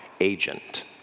agent